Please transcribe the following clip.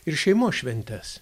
ir šeimos šventes